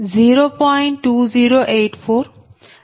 20840 0